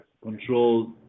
control